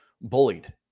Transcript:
bullied